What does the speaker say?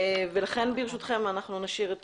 ולכן ברשותכם אנחנו נשאיר את